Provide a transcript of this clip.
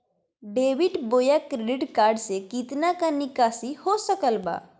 Debit बोया credit card से कितना का निकासी हो सकल बा?